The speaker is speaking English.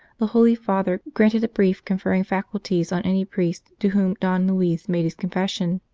the holy father granted a brief conferring faculties on any priest, to whom don luis made his confession,